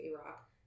Iraq